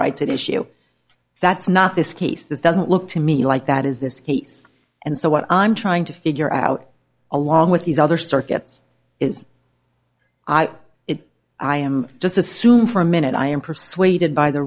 rights issue that's not this case this doesn't look to me like that is this case and so what i'm trying to figure out along with these other circuits is if i am just assume for a minute i am persuaded by the